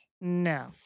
No